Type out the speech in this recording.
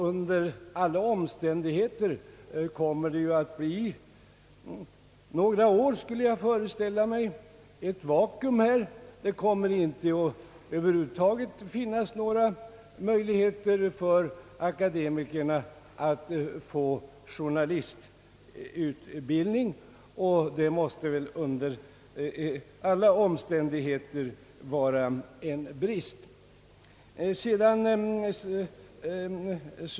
Under alla omständigheter föreställer jag mig att det kommer att dröja några år. Det blir då ett vacuum fram till dess, under vilket det över huvud taget inte kommer att finnas några möjligheter för akademiker att erhålla journalistutbildning, och det måste under alla förhållanden betraktas som en brist.